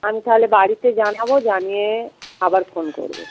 আমি তাহলে বাড়িতে জানাবো জানিয়ে আবার ফোন করব